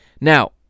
Now